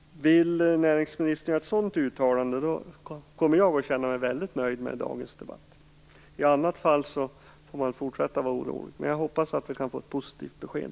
Vill näringsministern göra ett sådant uttalande? I så fall kommer jag att vara väldigt nöjd med dagens debatt. I annat fall får man väl fortsätta att vara orolig. Jag hoppas alltså på ett positivt besked.